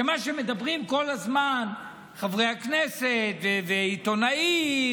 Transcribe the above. מה שאומרים כל הזמן חברי הכנסת ועיתונאים,